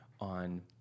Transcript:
on